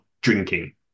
drinking